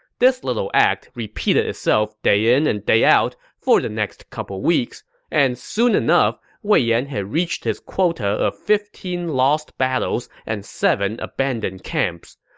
this little act repeated itself day in and day out for the next couple weeks, and soon enough, wei yan had reached his quota of fifteen lost battles and seven abandoned camps.